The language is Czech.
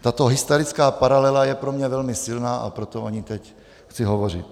Tato historická paralela je pro mě velmi silná, a proto o ní teď chci hovořit.